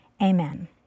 Amen